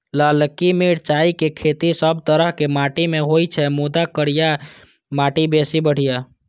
ललकी मिरचाइक खेती सब तरहक माटि मे होइ छै, मुदा करिया माटि बेसी बढ़िया